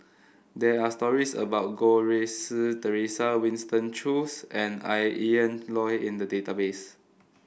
there are stories about Goh Rui Si Theresa Winston Choos and Ian Loy in the database